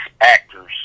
actors